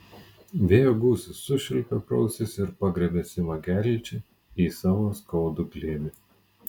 vėjo gūsis sušvilpė pro ausis ir pagriebė simą gelčį į savo skaudų glėbį